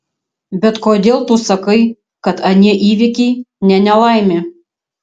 bet kodėl tu sakai kad anie įvykiai ne nelaimė